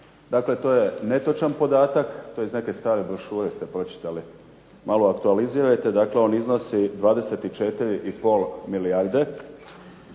Dakle, to je netočan podatak. To je iz neke stare brošure ste pročitali. Malo aktualizirajte on iznosi 24,5 milijarde